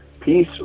peace